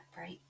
right